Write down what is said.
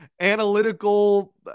analytical